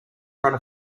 front